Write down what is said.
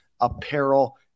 apparel